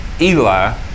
Eli